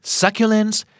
succulents